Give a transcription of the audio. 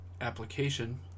application